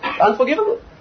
Unforgivable